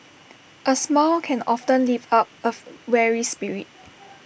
A smile can often lift up of weary spirit